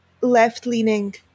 left-leaning